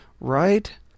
right